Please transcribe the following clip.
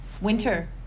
winter